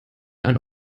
ein